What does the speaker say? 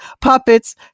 puppets